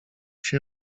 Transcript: się